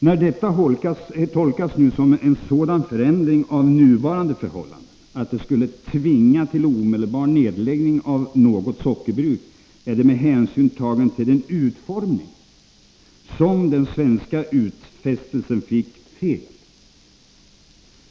När vårt uttalande i Genéve nu tolkas som en sådan förändring av nuvarande förhållanden att det skulle tvinga till omedelbar nedläggning av något sockerbruk är det med hänsyn tagen till den utformning som den svenska utfästelsen fick fel.